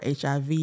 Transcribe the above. HIV